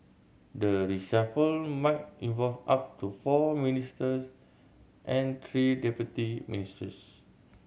the reshuffle might involve up to four ministers and three deputy ministers